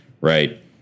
Right